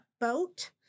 boat